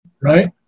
right